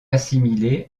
assimilée